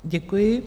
Děkuji.